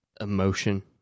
emotion